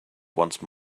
once